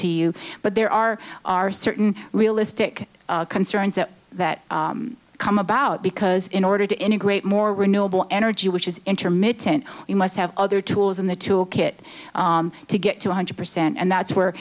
to you but there are are certain realistic concerns that that come about because in order to integrate more renewable energy which is intermittent you must have other tools in the tool kit to get two hundred percent and that's where